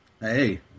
Hey